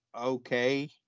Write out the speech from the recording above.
okay